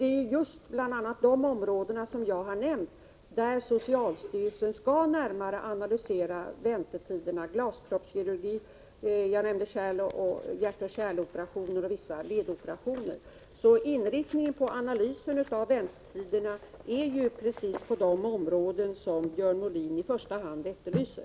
Det är bl.a. inom de områden jag har nämnt som socialstyrelsen skall närmare analysera väntetiderna. Det gäller glaskroppskirurgi, hjärt-kärloperationer och vissa ledoperationer. Analysen av väntetiderna inriktas på precis på de områden som Björn Molin i första hand efterlyser.